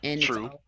True